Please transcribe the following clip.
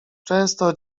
często